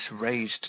raised